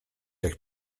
jak